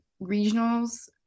regionals